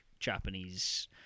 Japanese